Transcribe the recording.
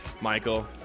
Michael